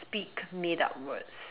speak made up words